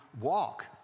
walk